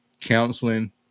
counseling